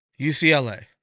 UCLA